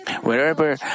Wherever